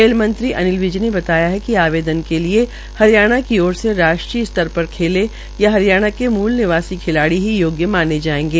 खेलमंत्री अनिल विज ने बताया कि आवेदन के लिए हरियाणा की ओर से राष्ट्रीय स्तर पर खेले या हरियाणा के मूल निवासी खिलाड़ी ही योग्य माने जायेंगे